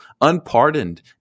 unpardoned